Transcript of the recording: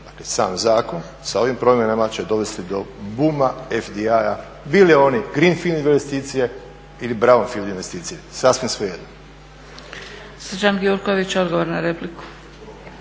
sam zakon sa ovim promjenama će dovesti do buma … bili oni greefield investicije ili brownfield investicije, sasvim svejedno.